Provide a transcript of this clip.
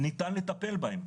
ניתן לטפל בהם,